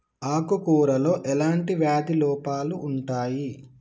ఆకు కూరలో ఎలాంటి వ్యాధి లోపాలు ఉంటాయి?